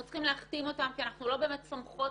אנחנו צריכים להחתים אותן כי אנחנו לא באמת סומכות